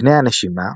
קנה הנשימה,